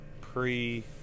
pre